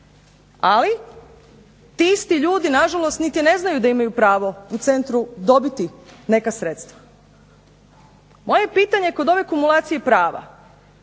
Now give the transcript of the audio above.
ali ti isti ljudi na žalost niti ne znaju da imaju pravo u centru dobiti neka sredstva. Moje je pitanje kod ove kumulacije prava